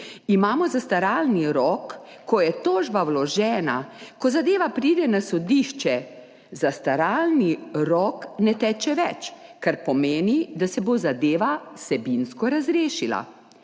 Imamo zastaralni rok, ko je tožba vložena, ko zadeva pride na sodišče, zastaralni rok ne teče več, kar pomeni, da se bo zadeva vsebinsko razrešila.